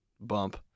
bump